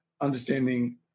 understanding